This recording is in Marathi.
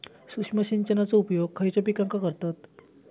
सूक्ष्म सिंचनाचो उपयोग खयच्या पिकांका करतत?